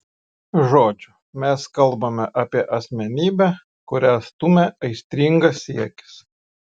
žodžiu mes kalbame apie asmenybę kurią stumia aistringas siekis